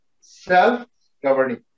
Self-governing